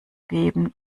geben